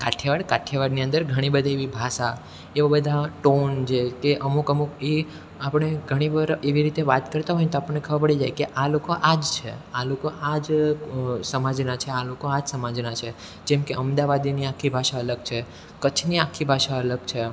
કાઠિયાવાડ કાઠિયાવાડની અંદર ઘણી બધી એવી ભાષા એવા બધા ટોન જે કે અમુક અમુક એ આપણે ઘણી વાર એવી રીતે વાત કરતા હોય ને તો આપણને ખબર પડી જાય કે આ લોકો આ જ છે આ લોકો આ જ સમાજના છે આ લોકો આ જ સમાજના છે જેમકે અમદાવાદીની આખી ભાષા અલગ છે કચ્છની આખી ભાષા અલગ છે